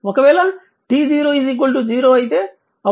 ఒకవేళ t0 0 అయితే అప్పుడు అది v ఉంటుంది